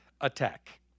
attack